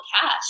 cash